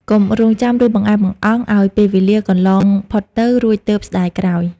កុំរង់ចាំ ឬបង្អែបង្អង់ឱ្យពេលវេលាកន្លងផុតទៅ រួចទើបស្ដាយក្រោយ ។